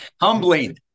Humbling